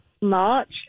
March